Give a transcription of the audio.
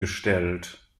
gestellt